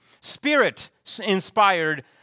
Spirit-inspired